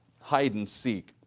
hide-and-seek